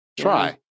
Try